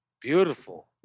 Beautiful